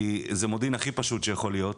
כי זה מודיעין הכי פשוט שיכול להיות.